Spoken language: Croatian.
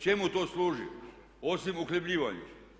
Čemu to služi osim uhljebljivanju?